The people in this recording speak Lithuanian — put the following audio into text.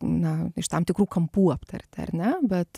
na iš tam tikrų kampų aptarti ar ne bet